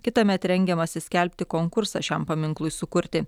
kitąmet rengiamasi skelbti konkursą šiam paminklui sukurti